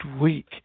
week